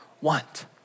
want